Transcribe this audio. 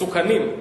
מסוכנים.